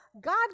God